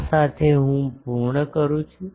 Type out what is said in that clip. આ સાથે હું પૂર્ણ કરું છું